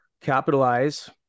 capitalize